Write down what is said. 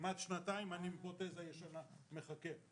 אני כמעט שנתיים עם פרוטזה ישנה ומחכה.